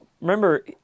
Remember